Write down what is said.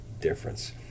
difference